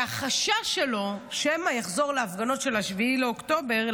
והחשש שלו שמא יחזרו להפגנות של 7 באוקטובר,